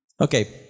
Okay